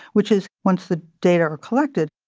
which is, once the data are collected,